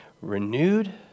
renewed